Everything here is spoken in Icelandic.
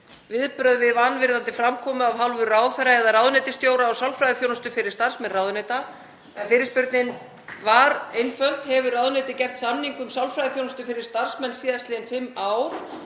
viðbrögð við vanvirðandi framkomu af hálfu ráðherra eða ráðuneytisstjóra og sálfræðiþjónustu fyrir starfsmenn ráðuneyta. Fyrirspurnin var einföld: Hefur ráðuneytið gert samning um sálfræðiþjónustu fyrir starfsmenn síðastliðin fimm ár?